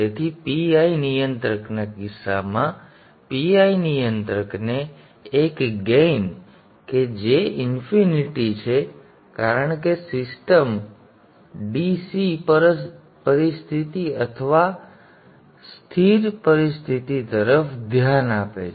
તેથી PI નિયંત્રકના કિસ્સામાં PI નિયંત્રકને એક ગેઇન કે જે ઇન્ફિનિટી છે કારણ કે સિસ્ટમ d c પરિસ્થિતિ અથવા સ્થિર પરિસ્થિતિ તરફ ધ્યાન આપે છે